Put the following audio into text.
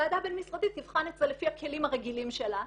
הוועדה הבין משרדית תבחן את זה לפי הכלים הרגילים שלה,